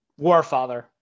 Warfather